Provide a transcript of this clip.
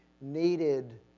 needed